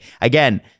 Again